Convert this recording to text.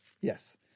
Yes